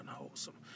unwholesome